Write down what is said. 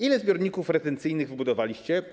Ile zbiorników retencyjnych zbudowaliście?